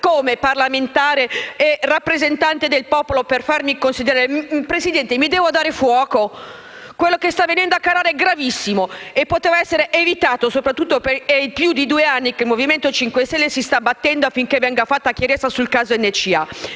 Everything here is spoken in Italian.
come parlamentare e rappresentante del popolo per farmi considerare, Presidente, mi devo dare fuoco? Quello che sta avvenendo a Marina di Carrara è gravissimo e poteva essere evitato. Sono più di due anni che il Movimento 5 Stelle si sta battendo affinché venga fatta chiarezza sul caso NCA.